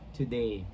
today